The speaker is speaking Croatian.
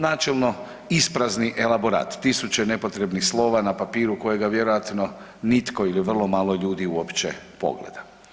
Načelno isprazni elaborat, tisuće nepotrebnih slova na papiru kojega vjerojatno nitko ili vrlo malo ljudi uopće pogleda.